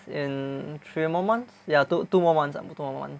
in three more months ya two~ two more months ah two more months